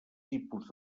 tipus